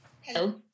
Hello